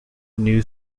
new